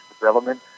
development